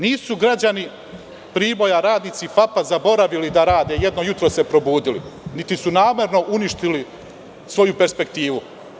Nisu građani Priboja radnici FAP zaboravili da rade, jedno jutro se probudili, niti su namerno uništili svoju perspektivu.